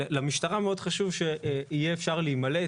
למשטרה מאוד חשוב שיהיה אפשר להימלט,